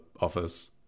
office